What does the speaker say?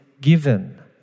given